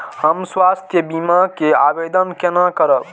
हम स्वास्थ्य बीमा के आवेदन केना करब?